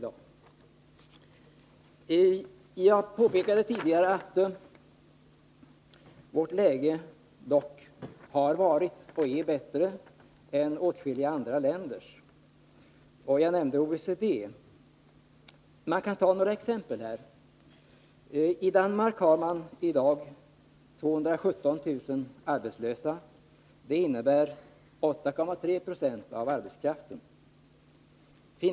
Jag påpekade att Sveriges läge har varit och är bättre än åtskilliga andra länders. Jag nämnde i sammanhanget OECD. Man kan ta några exempel. Danmark har i dag 217 000 arbetslösa, vilket är 8,3 20 av arbetskraften.